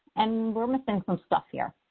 and we're missing some stuff here.